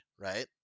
right